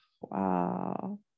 wow